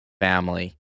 family